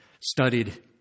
studied